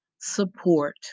support